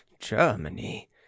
germany